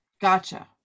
gotcha